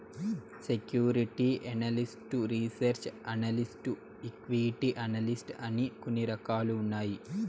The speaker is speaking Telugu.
security analyst research analyst equity analyst అని కొన్ని రకాలు ఉన్నాయి